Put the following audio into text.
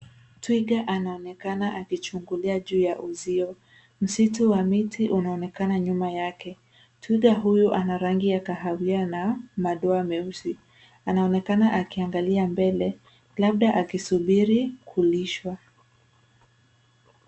Twiga anaonekana akichungulia juu ya uzio. Msitu wa miti unaonekana nyuma yake. Twiga huyu ana rangi ya kahawia na madoa meusi. Anaonekana akiangalia mbele labda akisubiri kulishwa.